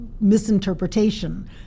misinterpretation